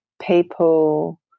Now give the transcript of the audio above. people